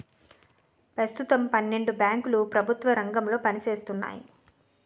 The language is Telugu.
పెస్తుతం పన్నెండు బేంకులు ప్రెభుత్వ రంగంలో పనిజేత్తన్నాయి